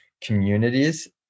communities